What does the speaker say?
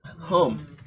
home